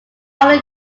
only